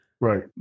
Right